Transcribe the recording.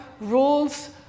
rules